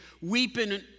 weeping